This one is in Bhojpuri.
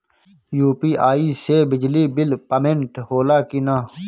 यू.पी.आई से बिजली बिल पमेन्ट होला कि न?